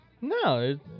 No